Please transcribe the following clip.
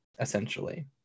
essentially